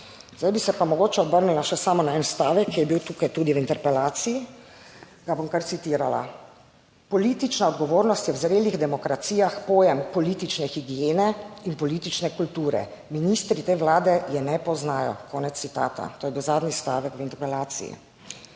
Zdaj bi se pa mogoče obrnila še samo na en stavek, ki je bil tukaj tudi v interpelaciji. Ga bom kar citirala: politična odgovornost je v zrelih demokracijah pojem politične higiene in politične kulture - ministri te Vlade je ne poznajo. To je bil zadnji stavek v interpelaciji.